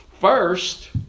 First